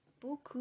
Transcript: beaucoup